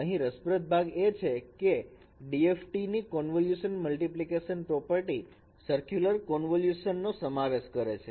અહીં રસપ્રદ ભાગ એ છે કે DFT ની convolution multiplication property circular convolution નો સમાવેશ કરે છે